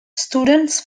students